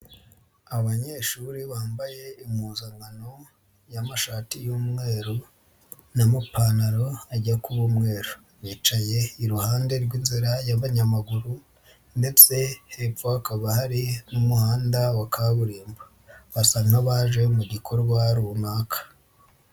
Abanyeshuri bambaye impuzankano y'amashati y'umweru n'amupantaro ajya kuba umweru, bicaye iruhande rw'inzira y'abanyamaguru ndetse hepfo hakaba hari n'umuhanda wa kaburimbo, basa nk'abaje mu gikorwa runaka.